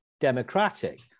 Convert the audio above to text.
democratic